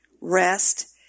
rest